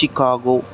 Chicago